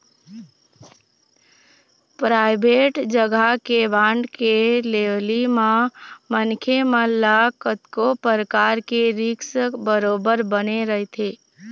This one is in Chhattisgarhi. पराइबेट जघा के बांड के लेवई म मनखे मन ल कतको परकार के रिस्क बरोबर बने रहिथे